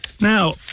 Now